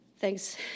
thanks